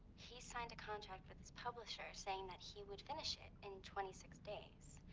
he signed a contract with his publisher saying that he would finish it in twenty six days.